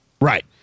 Right